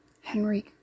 Henry